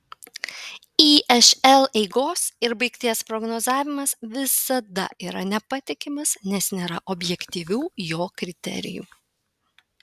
išl eigos ir baigties prognozavimas visada yra nepatikimas nes nėra objektyvių jo kriterijų